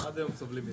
עד היום סובלים מזה.